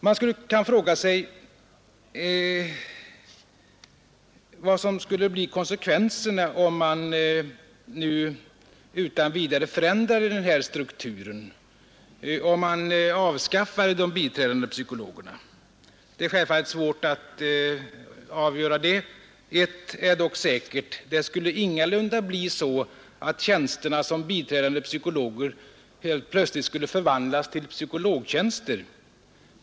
Man kan fråga sig vad som skulle bli konsekvenserna, om man nu utan vidare förändrade den här strukturen och avskaffade de biträdande psykologerna. Det är självfallet svårt att avgöra det. Ett är dock säkert. Det skulle ingalunda bli så att tjänsterna som biträdande psykologer helt plötsligt skulle förvandlas till psykologtjänster.